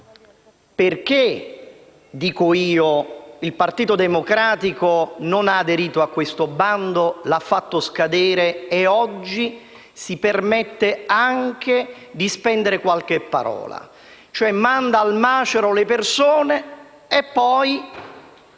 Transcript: perché il Partito Democratico non ha aderito a questo bando, lo ha fatto scadere e oggi si permette anche di spendere qualche parola. Manda cioè al macero le persone e poi